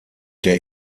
der